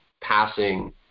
passing